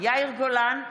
יאיר גולן,